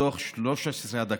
מתוך 13 הדקות,